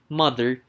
mother